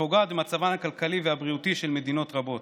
שפוגעת במצבן הכלכלי והבריאותי של מדינות רבות.